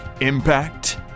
impact